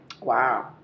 Wow